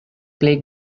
plej